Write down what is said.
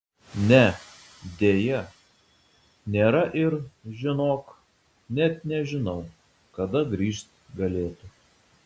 ne deja nėra ir žinok net nežinau kada grįžt galėtų